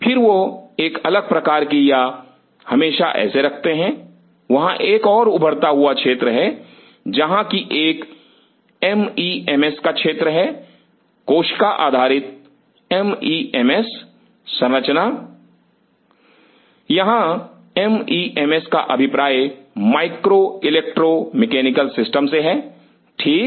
फिर वह एक अलग प्रकार की या हमेशा ऐसे रखते हैं वहां एक और उभरता हुआ क्षेत्र है जहां की एक एम ई एम एस का क्षेत्र है कोशिका आधारित एम ई एम एस संरचना यहां एम ई एम एस का अभिप्राय माइक्रो इलेक्ट्रो मैकेनिकल सिस्टम से है ठीक